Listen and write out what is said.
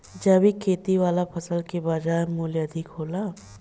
जैविक खेती वाला फसल के बाजार मूल्य अधिक होला